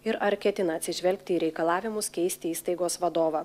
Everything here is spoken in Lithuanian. ir ar ketina atsižvelgti į reikalavimus keisti įstaigos vadovą